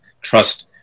trust